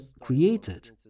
created